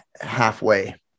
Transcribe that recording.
halfway